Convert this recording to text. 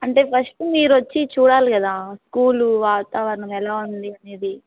అంటే ఫస్ట్ మీరొచ్చి చూడాలి కదా స్కూలు వాతావరణం ఎలా ఉంది అనేది